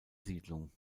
siedlung